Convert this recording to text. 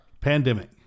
pandemic